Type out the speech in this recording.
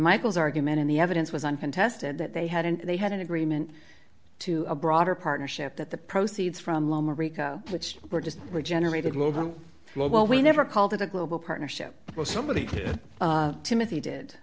michael's argument in the evidence was uncontested that they had and they had an agreement to a broader partnership that the proceeds from loma rico which were just were generated logan well we never called it a global partnership but somebody timothy did